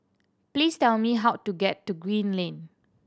please tell me how to get to Green Lane